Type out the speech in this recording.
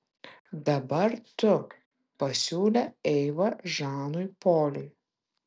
dabar tu pasiūlė eiva žanui poliui